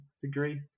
degree